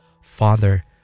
Father